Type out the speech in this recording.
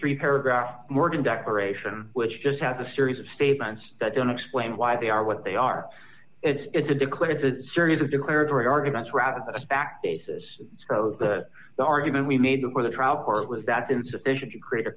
three paragraph morgan declaration which just has a series of statements that don't explain why they are what they are it's a declared a series of declaratory arguments rather than a fact basis for the argument we made before the trial court was that insufficient to create a